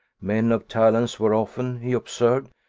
men of talents were often, he observed,